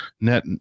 net